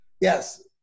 Yes